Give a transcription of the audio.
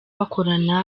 bakorana